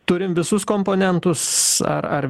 turim visus komponentus ar ar